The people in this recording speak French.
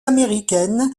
américaine